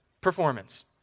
performance